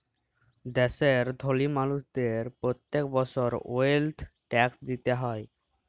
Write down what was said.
দ্যাশের ধলি মালুসদের প্যত্তেক বসর ওয়েলথ ট্যাক্স দিতে হ্যয়